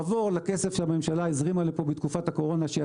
ועבור לכסף שהממשלה הזרימה בתקופת הקורונה.